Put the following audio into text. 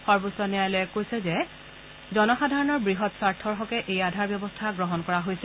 সৰ্বোচ্চ ন্যায়ালয়ে কৈছে যে জনসাধাৰণৰ বৃহৎ স্বাৰ্থৰ হকে এই আধাৰ ব্যৱস্থা গ্ৰহণ কৰা হৈছে